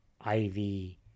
Ivy